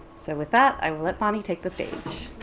so, with that, i will let bonnie take the stage.